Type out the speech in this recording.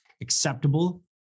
acceptable